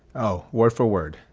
oh, word-for-word,